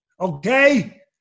Okay